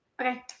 okay